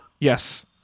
Yes